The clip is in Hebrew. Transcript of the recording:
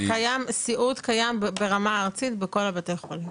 סיעוד קיים ברמה הארצית בכל בתי החולים.